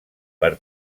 per